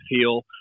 feel